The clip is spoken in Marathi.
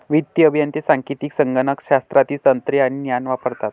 वित्तीय अभियंते सांख्यिकी, संगणक शास्त्रातील तंत्रे आणि ज्ञान वापरतात